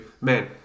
man